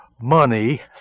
money